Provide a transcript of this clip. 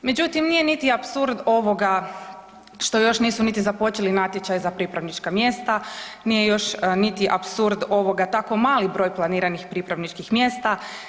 Međutim nije niti apsurd ovoga što još nisu niti započeli natječaj za pripravnička mjesta, nije još niti apsurd ovoga tako mali broj planiranih pripravničkih mjesta.